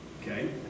Okay